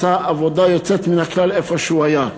שעשה עבודה יוצאת מן הכלל איפה שהוא היה.